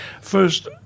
First